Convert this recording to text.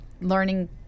learning